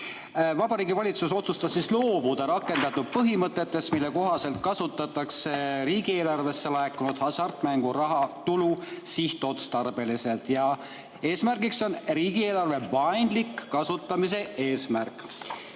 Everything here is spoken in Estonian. Vabariigi Valitsus otsustas loobuda rakendatud põhimõtetest, mille kohaselt kasutatakse riigieelarvesse laekunud hasartmängumaksu tulu sihtotstarbeliselt ja eesmärgiks on riigieelarve paindlik kasutamine.